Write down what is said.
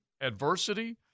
adversity